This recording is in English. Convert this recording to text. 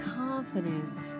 confident